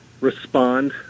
respond